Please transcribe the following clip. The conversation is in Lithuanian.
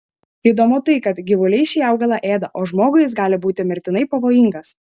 įdomu tai kad gyvuliai šį augalą ėda o žmogui jis gali būti mirtinai pavojingas